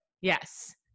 Yes